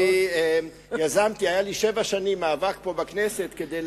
היו לי שבע שנים של מאבק פה בכנסת כדי